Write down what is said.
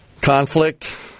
conflict